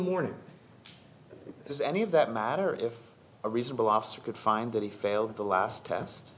morning does any of that matter if a reasonable officer could find that he failed the last test